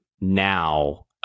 now